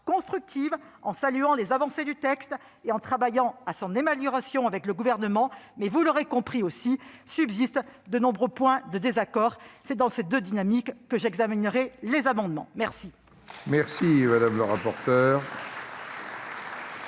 constructive, en saluant les avancées du texte et en travaillant à son amélioration avec le Gouvernement. Mais, vous l'aurez compris aussi, il subsiste de nombreux points de désaccord. Ce sont ces deux dynamiques qui m'animeront lors de l'examen des